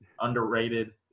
underrated